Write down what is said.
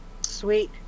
Sweet